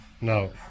No